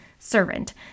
servant